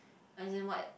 as in what